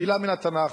מלה מן התנ"ך: